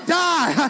die